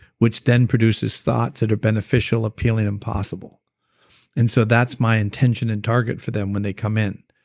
which then produces thoughts that are beneficial, appealing, and possible. and so that's my intention and target for them when they come in.